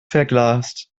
verglast